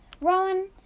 Rowan